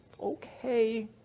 okay